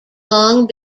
long